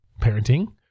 parenting